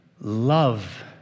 love